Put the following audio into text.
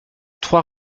trois